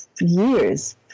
years